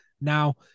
Now